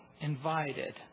invited